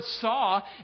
saw